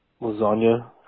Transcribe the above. lasagna